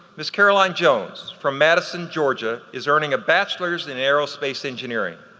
miss caroline jones from madison, georgia is earning a bachelor's in aerospace engineering.